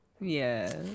Yes